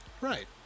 right